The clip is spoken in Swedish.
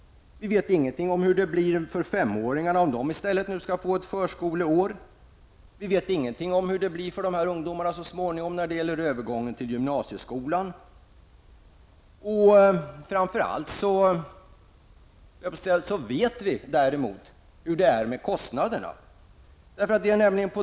Vi vet inte hur det blir för femåringarna. Skall de i stället få ett förskoleår? Vi vet inte hur det blir för ungdomarna så småningom vid övergången till gymnasieskolan. Vi vet däremot hur det är med kostnaderna.